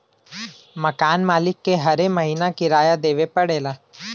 मकान मालिक के हरे महीना किराया देवे पड़ऽला